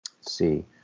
See